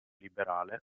liberale